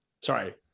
Sorry